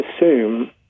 assume